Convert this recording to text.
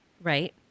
Right